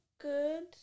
good